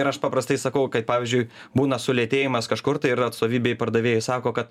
ir aš paprastai sakau kai pavyzdžiui būna sulėtėjimas kažkur tai ir atstovybėj pardavėjai sako kad